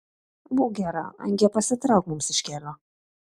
būk gera angie pasitrauk mums iš kelio